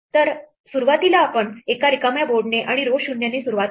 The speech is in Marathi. तर आ सुरुवातीला एका रिकाम्या बोर्डने आणि row 0 ने सुरुवात करू